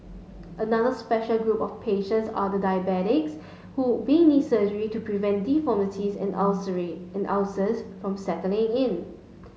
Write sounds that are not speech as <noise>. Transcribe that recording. another special group of patients are the diabetic who may need surgery to prevent deformities and <unintelligible> and ulcers from setting in